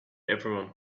everyone